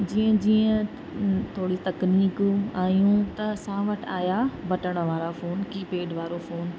जीअं जीअं थोरी तकनीकूं आहियूं त असां वटि आया बटण वारा फ़ोन कीपैड वारो फ़ोन